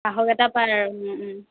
সাহস এটা পায় আৰু